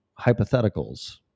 hypotheticals